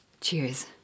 Cheers